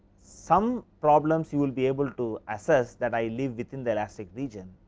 some problems you will be able to access that i leave within elastic region,